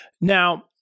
Now